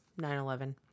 9-11